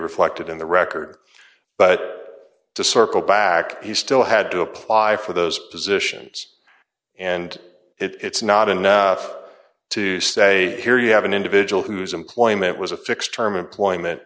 reflected in the record but to circle back he still had to apply for those positions and it's not enough to say here you have an individual who's employment was a fixed term employment